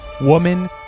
woman